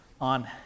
on